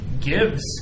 gives